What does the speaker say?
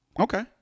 okay